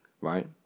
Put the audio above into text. right